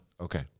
Okay